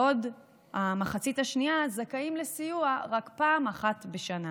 בעוד המחצית השנייה זכאים לסיוע רק פעם אחת בשנה,